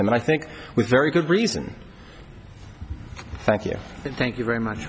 him but i think with very good reason thank you thank you very much